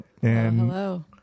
Hello